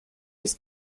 ist